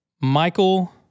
Michael